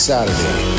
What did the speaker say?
Saturday